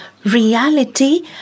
Reality